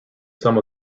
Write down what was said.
some